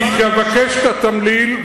תבקש את התמליל.